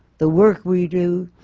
the work we do,